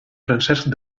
francesc